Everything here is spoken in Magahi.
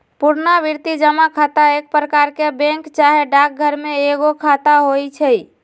पुरनावृति जमा खता एक प्रकार के बैंक चाहे डाकघर में एगो खता होइ छइ